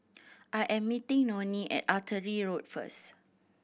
I am meeting Nonie at Artillery Road first